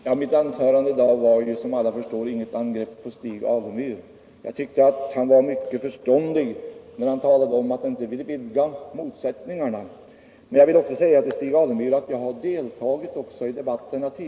Herr talman! Som alla förstår var milt anförande inte något angrepp på Stig Alemyr. Jag tyckte att han var mycket förståndig. när han talade om att han inte ville vidga motsättningarna. Men jag vill säga till Stig Alemyr att jag också tidigare deltagit i debatterna.